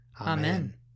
Amen